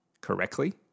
correctly